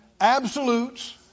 absolutes